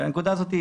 הנקודה הזאתי,